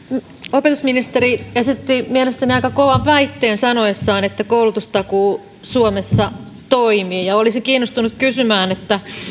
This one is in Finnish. opetusministeri esitti mielestäni aika kovan väitteen sanoessaan että koulutustakuu suomessa toimii ja olisin kiinnostunut kysymään